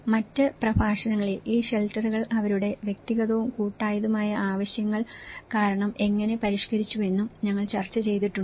മറ്റ് പ്രഭാഷണങ്ങളിൽ ഈ ഷെൽട്ടറുകൾ അവരുടെ വ്യക്തിഗതവും കൂട്ടായതുമായ ആവശ്യങ്ങൾ കാരണം എങ്ങനെ പരിഷ്കരിച്ചുവെന്നും ഞങ്ങൾ ചർച്ച ചെയ്തിട്ടുണ്ട്